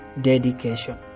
dedication